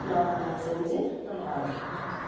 நான் செஞ்சு நல்ல ஆரோக்கியமாக இருக்கேன்